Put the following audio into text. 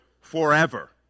forever